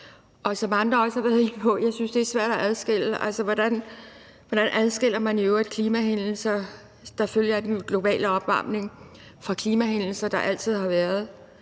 Og som andre også har været inde på, synes jeg, det er svært at adskille. Hvordan adskiller man i øvrigt klimahændelser, der følger af den globale opvarmning, fra klimahændelser, som altid har været